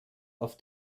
auf